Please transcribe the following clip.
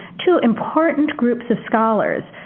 two important groups of scholars,